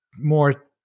more